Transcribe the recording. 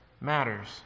Matters